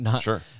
Sure